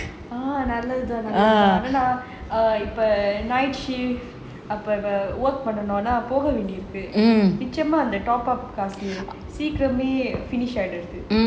நல்லது தான் நல்லது தான் இப்ப பண்ணனும்னா போக வேண்டியது இருக்கு நிச்சயமா அந்த காசுலேயே சீக்கிரமா முடுஞ்சுருது:nallathu thaan nallathu thaan ippo pannanumnaa poga vendiyathu irukku nichayamaa antha kaasulaye seekirama mudunjuruthu